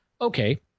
Okay